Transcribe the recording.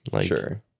Sure